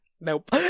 Nope